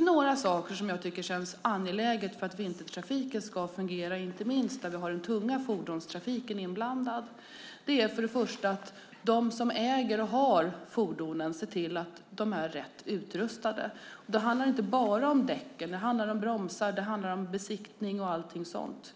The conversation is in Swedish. Några saker är angelägna för att vintertrafiken ska fungera där vi har den tunga fordonstrafiken. De som äger fordon ska se till att de är rätt utrustade. Det gäller inte bara däcken. Det gäller också bromsar, besiktning och annat.